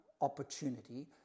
opportunity